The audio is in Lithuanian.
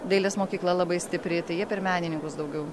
dailės mokykla labai stipri tai jie per menininkus daugiau